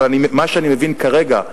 אבל מה שאני מבין כרגע,